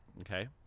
Okay